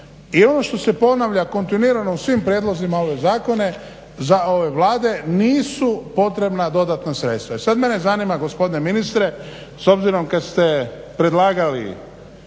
i ono što se ponavlja kontinuirano u svim prijedlozima ove zakone za ove Vlade nisu potrebna dodatna sredstva i sad mene zanima gospodine ministre s obzirom kad ste predlagali